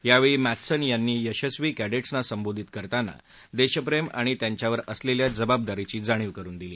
यावेळी मध्सिन यांनी यशस्वी कर्डेट्सना संबोधित करताना देशप्रेम आणि त्यांच्यावर असलेल्या जबाबदारीची जाणीव करून दिली